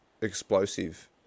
explosive